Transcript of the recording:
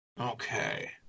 okay